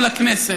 ההסתה?